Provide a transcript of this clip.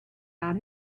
out